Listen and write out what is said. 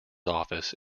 office